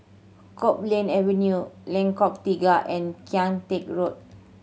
Copeland Avenue Lengkok Tiga and Kian Teck Road